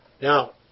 Now